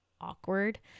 awkward